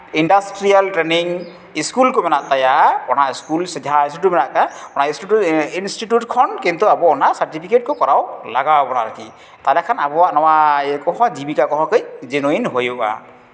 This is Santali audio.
ᱤᱱᱰᱟᱥᱴᱨᱤᱭᱟᱞ ᱴᱨᱮᱱᱤᱝ ᱤᱥᱠᱩᱞ ᱠᱚ ᱢᱮᱱᱟᱜ ᱛᱟᱭᱟ ᱚᱱᱟ ᱤᱥᱠᱩᱞ ᱥᱮ ᱡᱟᱦᱟᱸ ᱥᱴᱩᱰᱤᱭᱳ ᱢᱮᱱᱟᱜ ᱛᱟᱭ ᱚᱱᱟ ᱥᱴᱩᱰᱩᱭᱳ ᱤᱱᱥᱴᱤᱭᱩᱴ ᱠᱷᱚᱱ ᱠᱤᱱᱛᱩ ᱟᱵᱚ ᱚᱱᱟ ᱥᱟᱨᱴᱚᱯᱷᱤᱠᱮᱴ ᱠᱚ ᱠᱚᱨᱟᱣ ᱞᱟᱜᱟᱣ ᱵᱚᱱᱟ ᱟᱨᱠᱤ ᱛᱟᱦᱚᱞᱮ ᱠᱷᱟᱱ ᱟᱵᱚᱣᱟᱜ ᱱᱚᱣᱟ ᱤᱭᱟᱹ ᱠᱚᱦᱚᱸ ᱡᱤᱵᱤᱠᱟ ᱠᱚᱦᱚᱸ ᱠᱟᱹᱡ ᱡᱤᱱᱩᱭᱤᱱ ᱦᱩᱭᱩᱜᱼᱟ